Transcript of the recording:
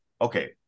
Okay